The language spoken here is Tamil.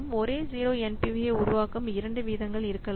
ஒரே 0 NPV ஐ உருவாக்கும் இரண்டு விகிதங்கள் இருக்கலாம்